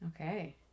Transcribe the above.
Okay